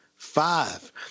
Five